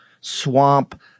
swamp